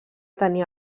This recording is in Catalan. tenir